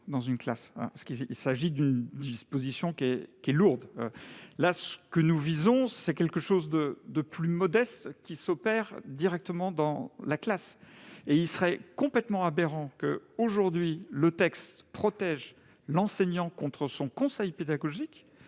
il s'agit d'une disposition lourde. Nous visons ici quelque chose de plus modeste, qui s'opère directement dans la classe. Il serait complètement aberrant que le texte protège l'enseignant contre son conseil pédagogique